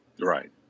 Right